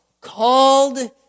called